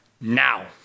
Now